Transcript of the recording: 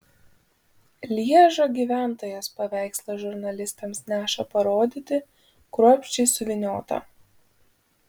lježo gyventojas paveikslą žurnalistams neša parodyti kruopščiai suvyniotą